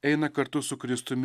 eina kartu su kristumi